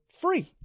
free